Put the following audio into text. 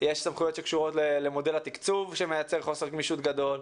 יש סמכויות שקשורות למודל התקצוב שמייצר חוסר גמישות גדול,